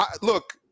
Look